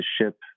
ship